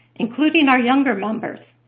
including our younger members.